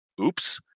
Oops